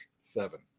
seven